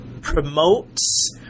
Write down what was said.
promotes